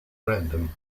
random